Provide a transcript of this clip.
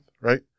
right